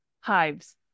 hives